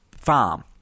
farm